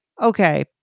okay